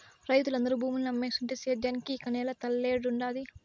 రైతులందరూ భూముల్ని అమ్మేస్తుంటే సేద్యానికి ఇక నేల తల్లేడుండాది